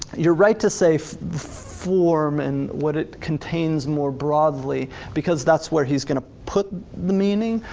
you're right to say form and what it contains more broadly because that's where he's gonna put the meaning,